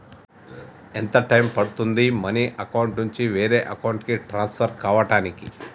ఎంత టైం పడుతుంది money account నుంచి వేరే అకౌంట్ కి ట్రాన్స్ఫర్ కావటానికి?